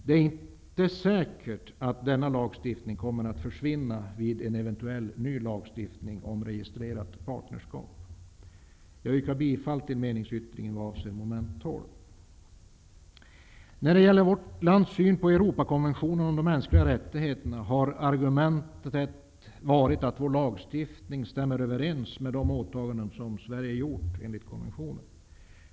Det är inte säkert att denna lagstiftning kommer att försvinna vid en eventuell ny lagstiftning om registrerat partnerskap. Jag yrkar bifall till meningsyttringen vad avser mom. 12. När det gäller vårt lands syn på Europakonventionen om de mänskliga rättigheterna har argumentet varit att vår lagstiftning stämmer överens med de åtaganden som Sverige gjort enligt konventionen.